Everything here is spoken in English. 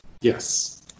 Yes